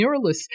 mirrorless